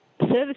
service